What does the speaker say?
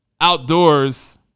outdoors